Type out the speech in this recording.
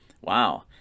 Wow